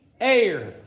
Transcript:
air